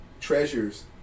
treasures